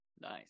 Nice